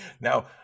Now